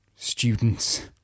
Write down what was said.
students